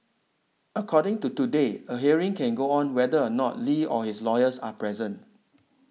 according to Today a hearing can go on whether or not Li or his lawyers are present